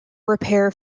repair